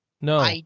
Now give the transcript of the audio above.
no